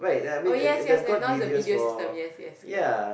oh yes yes yes now's the video system yes yes correct